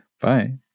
Bye